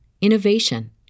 innovation